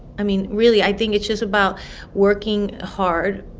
i mean, really, i think it's just about working hard.